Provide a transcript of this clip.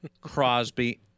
Crosby